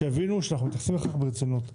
שיבינו שאנחנו מתייחסים לכך ברצינות.